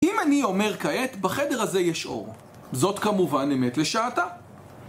אם אני אומר כעת בחדר הזה יש אור זאת כמובן אמת לשעתה